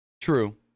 True